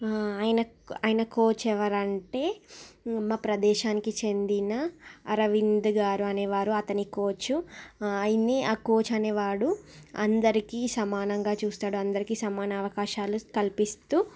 ఆయన కోచ్ ఎవరు అంటే మా ప్రదేశానికి చెందిన అరవింద్ గారు అనేవారు అతని కోచ్ ఆయని కోచ్ అనేవాడు అందరికీ సమానంగా చూస్తాడు అందరికీ సమాన అవకాశాలు కల్పిస్తూ